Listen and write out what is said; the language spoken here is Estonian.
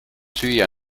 süüa